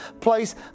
place